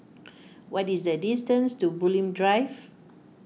what is the distance to Bulim Drive